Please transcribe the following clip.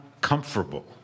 comfortable